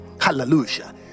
hallelujah